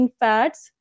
fats